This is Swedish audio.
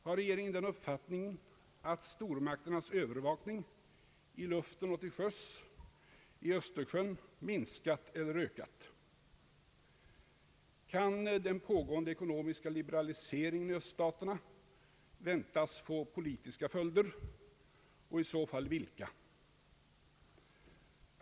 Har regeringen den uppfattningen, att stormakternas övervakning i luften och till sjöss i Östersjön har minskat eller ökat? Kan den pågående ekonomiska liberaliseringen i Öststaterna väntas få politiska följder och i så fall vilka?